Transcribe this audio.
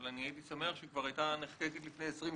אבל הייתי שמח אם הייתה נחקקת לפני 20 שנה.